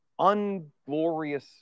unglorious